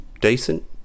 decent